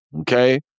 Okay